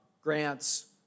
grants